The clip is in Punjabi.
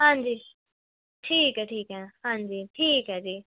ਹਾਂਜੀ ਠੀਕ ਹੈ ਠੀਕ ਹੈ ਹਾਂਜੀ ਠੀਕ ਹੈ ਜੀ